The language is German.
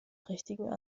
prächtigen